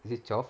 is it twelve